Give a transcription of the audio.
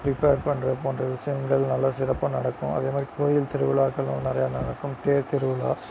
prepare பண்ணுற போன்ற விஷயங்கள் நல்லா சிறப்பாக நடக்கும் அதேமாதிரி கோயில் திருவிழாக்களும் நிறையா நடக்கும் தேர்த்திருவிழா